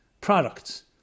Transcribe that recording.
products